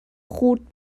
خرد